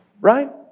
Right